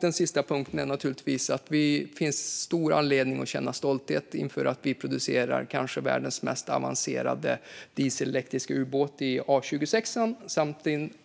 Den sista punkten är: Det finns naturligtvis stor anledning att känna stolthet inför att vi producerar kanske världens mest avancerade dieselelektriska ubåt, A26.